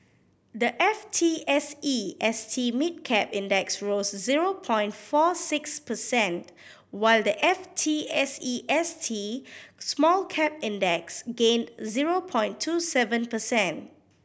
the F T S E S T Mid Cap Index rose zero point four six percent while the F T S E S T Small Cap Index gained zero point two seven percent